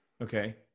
Okay